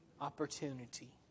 opportunity